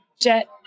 jet